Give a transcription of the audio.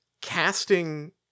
casting